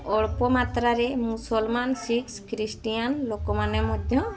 ଅଳ୍ପମାତ୍ରାରେ ମୁସଲମାନ ଶିଖ୍ ଖ୍ରୀଷ୍ଟିଆନ୍ ଲୋକମାନେ ମଧ୍ୟ